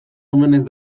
omenez